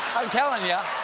telling ya.